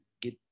get